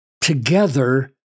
together